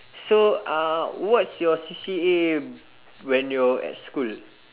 so uh what's your C_C_A when you're at school